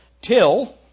till